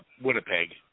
Winnipeg